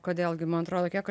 kodėl gi man atrodo kiek aš